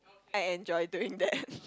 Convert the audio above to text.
I enjoy doing that